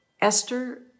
Esther